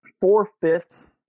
four-fifths